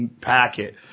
packet